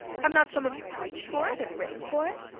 have not some of you preached for it and written for it?